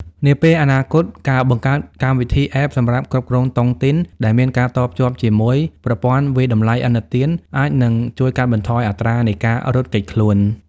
នាពេលអនាគត ការបង្កើតកម្មវិធី App សម្រាប់គ្រប់គ្រងតុងទីន ដែលមានការតភ្ជាប់ជាមួយ "ប្រព័ន្ធវាយតម្លៃឥណទាន" អាចនឹងជួយកាត់បន្ថយអត្រានៃការរត់គេចខ្លួន។